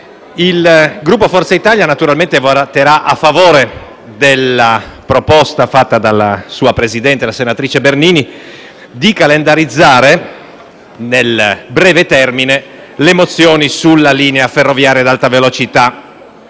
il Gruppo Forza Italia naturalmente voterà a favore della proposta avanzata dalla sua Presidente, la senatrice Bernini, di calendarizzare nel breve termine le mozioni sulla linea ferroviaria ad alta velocità,